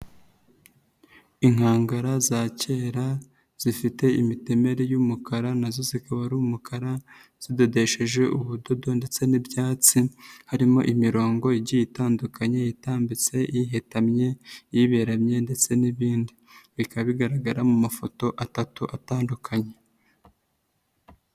Inkangara za kera zifite imitemerere y'umukara na zo zikaba ari umukara zidodesheje ubudodo ndetse n'ibyatsi harimo imirongo igiye itandukanye itambitse, ihetamye, iberamye ndetse n'ibindi, bikaba bigaragara mu mafoto atatu atandukanye.